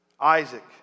Isaac